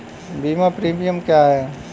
बीमा प्रीमियम क्या है?